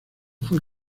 fue